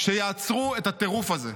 שיעצרו את הטירוף הזה.